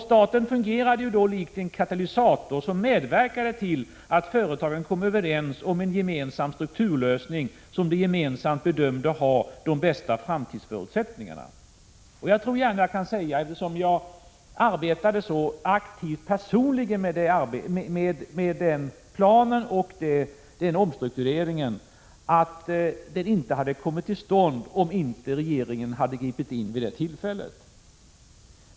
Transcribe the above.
Staten fungerade då likt en katalysator, som medverkade till att företagen kom överens om en gemensam strukturlösning som vi gemensamt bedömde ha de bästa framtidsförutsättningarna. Jag tror jag kan säga, eftersom jag personligen arbetade så aktivt med den omstruktureringsplanen, att den inte hade kommit till stånd om inte regeringen hade gripit in vid det tillfället.